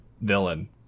villain